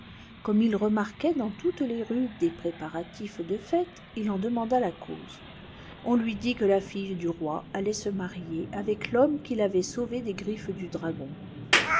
comme il remarquait dans toutes les rues des préparatifs de fêle il en demanda la cause on lui dit que la fille du roi allait se marier avec l'homme qui l'avait sauvée des griffes du dragon